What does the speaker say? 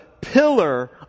pillar